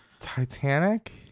titanic